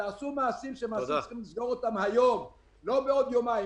תעשו מעשים שצריכים לסגור אותם היום ולא בעוד יומיים.